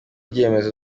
ibyemezo